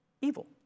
evil